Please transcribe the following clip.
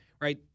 right